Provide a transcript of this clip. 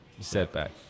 setback